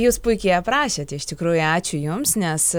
jūs puikiai aprašėt iš tikrųjų ačiū jums nes